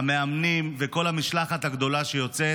המאמנים וכל המשלחת הגדולה שיוצאת.